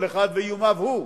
כל אחד ואיומיו הוא,